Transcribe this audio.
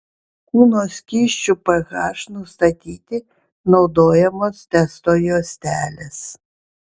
kūno skysčių ph nustatyti naudojamos testo juostelės